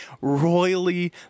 royally